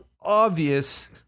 obvious